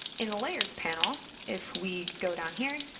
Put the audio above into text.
in the layers panel, if we go down here,